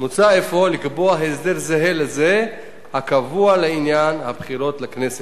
מוצע אפוא לקבוע הסדר זהה לזה הקבוע לעניין הבחירות לכנסת.